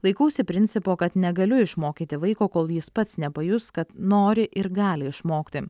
laikausi principo kad negaliu išmokyti vaiko kol jis pats nepajus kad nori ir gali išmokti